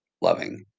loving